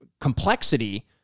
complexity